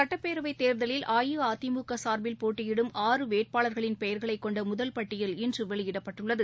சட்டப்பேரவைத்தேர்தலில் அஇஅதிமுக சார்பில் போட்டியிடும் ஆறு வேட்பாளர்களின் பெயர்களை கொண்ட முதல் பட்டியல் இன்று வெளியிடப்பட்டுள்ளது